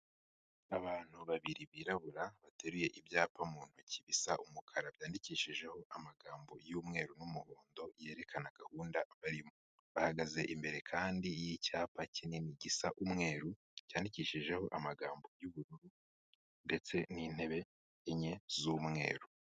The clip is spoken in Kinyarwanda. Abantu babiri birabura bateruye ibyapa mu ntoki bisa umukara byandikishijeho amagambo y'umweru n'umuhondo yerekana gahunda barimo. Bahagaze imbere kandi y'icyapa kinini gisa umweru, cyandikishijeho amagambo y'ubururu ndetse n'intebe enye z'umweru.